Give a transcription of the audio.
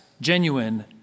genuine